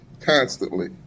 constantly